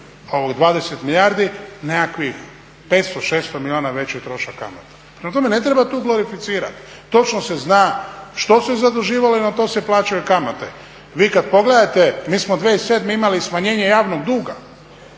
20 milijardi nekakvih 500, 600 milijuna veći trošak kamata. Prema tome ne treba tu glorificirati. Točno se zna što se zaduživalo i na to se plaćaju kamate. Vi kada pogledate mi smo 2007.imali smanjenje javnog duga,